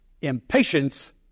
impatience